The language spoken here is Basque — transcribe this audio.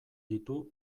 ditu